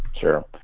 Sure